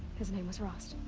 his name was rost.